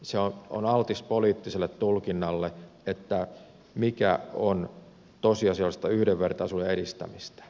se on altis poliittiselle tulkinnalle siitä mikä on tosiasiallista yhdenvertaisuuden edistämistä